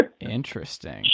Interesting